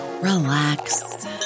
relax